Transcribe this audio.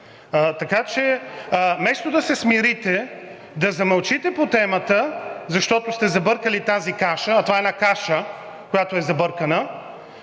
крадеца“. Вместо да се смирите, да замълчите по темата, защото сте забъркали тази каша, а това е една каша, която е забъркана,